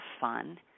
fun